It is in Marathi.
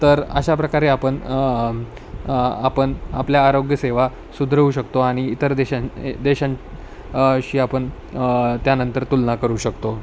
तर अशा प्रकारे आपण म् आपण आपल्या आरोग्यसेवा सुधरवू शकतो आणि इतर देशां देशां शी आपण त्यानंतर तुलना करू शकतो